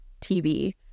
TV